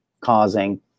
causing